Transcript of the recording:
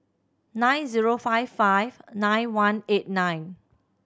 nine zero five five nine one eight nine